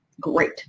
Great